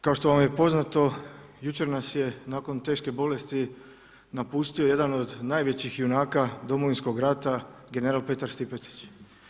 Kao što vam je poznato jučer nas je nakon teške bolesti napustio jedan od najvećih junaka Domovinskog rata general Petar Stipetić.